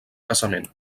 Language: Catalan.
casament